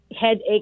headache